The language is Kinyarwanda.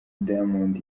diamond